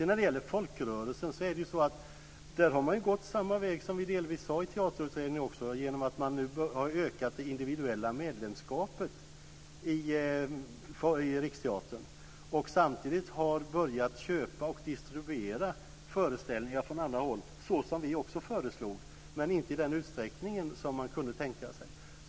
När det gäller folkrörelser har man gått samma väg, som vi delvis sade i Teaterutredningen, genom att man nu har ökat det individuella medlemskapet i Riksteatern och samtidigt har börjat köpa och distribuera föreställningar från andra håll, såsom vi också föreslog, men inte i den utsträckning som man kunde tänka sig.